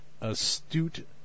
astute